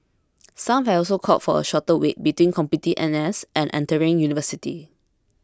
some have also called for a shorter wait between completing N S and entering university